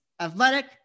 athletic